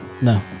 No